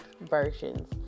versions